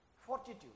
fortitude